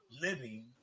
living